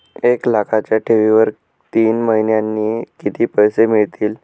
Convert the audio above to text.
एक लाखाच्या ठेवीवर तीन महिन्यांनी किती पैसे मिळतील?